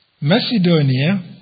Macedonia